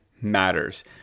matters